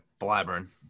blabbering